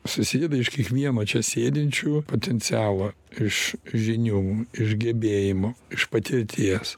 susideda iš kiekvieno čia sėdinčių potencialo iš žinių iš gebėjimų iš patirties